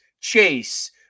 Chase